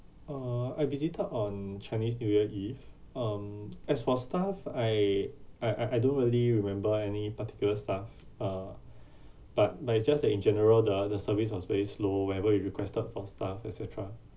uh I visited on chinese new year eve um as for staff I I I I don't really remember any particular staff uh but but it's just that in general the the service was very slow wherever we requested for stuff et cetera